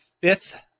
fifth